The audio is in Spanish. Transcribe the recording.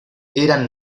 eran